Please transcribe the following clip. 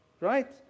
right